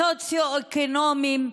הסוציו-אקונומיים,